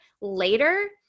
later